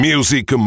Music